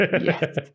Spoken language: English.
yes